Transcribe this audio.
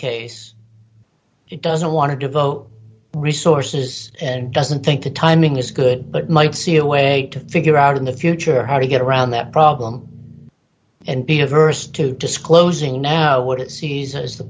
case it doesn't want to devote resources and doesn't think the timing is good but might see a way to figure out in the future how to get around that problem and be averse to disclosing now what it sees as the